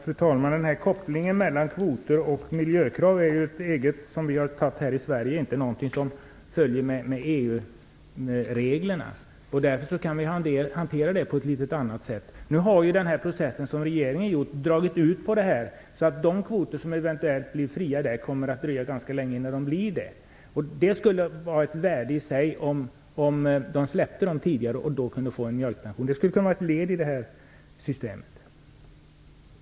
Fru talman! Den här kopplingen mellan kvoter och miljökrav har vi gjort här i Sverige. Det är inte någonting som följer med EU-reglerna, och därför kan vi hantera det här på ett något annat sätt. Nu har den process som regeringen har gjort dragit ut på tiden. Det kommer att dröja ganska länge innan några kvoter blir fria. Det skulle vara ett värde i sig om kvoterna släpptes tidigare så att man skulle kunna få mjölkpension. Det skulle kunna vara ett led i det här systemet.